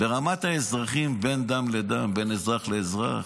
ברמת האזרחים, בין דם לדם, בין אזרח לאזרח.